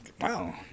wow